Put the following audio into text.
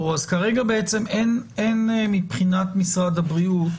אז כרגע אין מבחינת משרד הבריאות